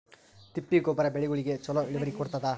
ತಿಪ್ಪಿ ಗೊಬ್ಬರ ಬೆಳಿಗೋಳಿಗಿ ಚಲೋ ಇಳುವರಿ ಕೊಡತಾದ?